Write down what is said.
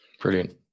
brilliant